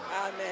Amen